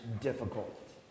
difficult